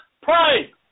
pray